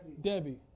Debbie